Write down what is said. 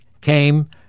came